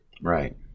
right